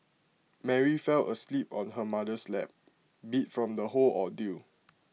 Mary fell asleep on her mother's lap beat from the whole ordeal